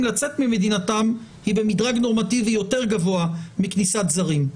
לצאת ממדינתם היא במדרג נורמטיבי יותר גבוה מכניסת זרים.